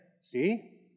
see